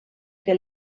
que